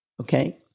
Okay